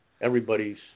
everybody's